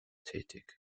tätig